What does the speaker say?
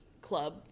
club